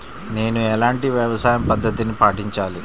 నేను ఎలాంటి వ్యవసాయ పద్ధతిని పాటించాలి?